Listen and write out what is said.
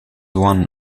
one